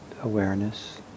awareness